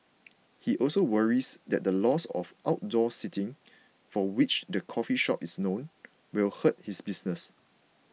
he also worries that the loss of outdoor seating for which the coffee shop is known will hurt his business